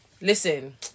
listen